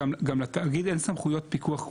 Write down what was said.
גם לתאגיד אין סמכויות פיקוח.